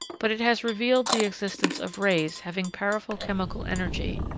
but it has revealed the existence of rays having powerful chemical energy,